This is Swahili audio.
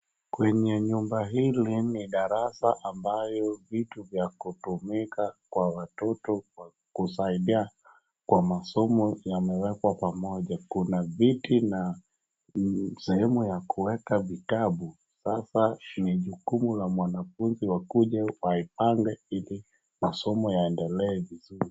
Kwenye nyumba hili ni darasa ambayo vitu vya kutumika kwa watoto kusaidia kwa masomo yamewekwa pamoja. Kuna viti na sehemu ya kuweka vitabu sasa ni jukumu la mwanafunzi akuje aipange ili masomo yaendelee vizuri.